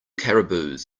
caribous